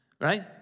Right